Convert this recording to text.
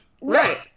Right